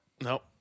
No